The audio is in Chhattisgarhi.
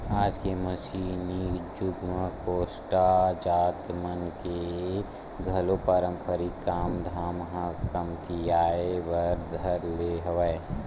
आज के मसीनी जुग म कोस्टा जात मन के घलो पारंपरिक काम धाम ह कमतियाये बर धर ले हवय